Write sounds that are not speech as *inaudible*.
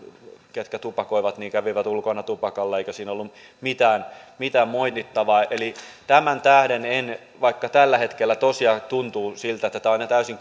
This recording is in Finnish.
jotka tupakoivat kävivät ulkona tupakalla eikä siinä ollut mitään mitään moitittavaa tämän tähden vaikka tällä hetkellä tosiaan tuntuu siltä että nämä rajoitukset ovat täysin *unintelligible*